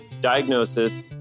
diagnosis